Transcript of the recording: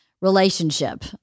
relationship